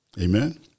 Amen